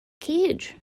cage